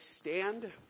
stand